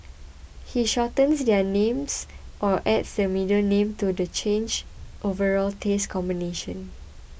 he shortens their names or adds the middle name to the change overall taste combination